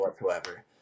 whatsoever